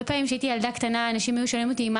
כשהייתי ילדה קטנה הרבה פעמים אנשים היו שואלים אותי: מה